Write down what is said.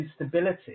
instability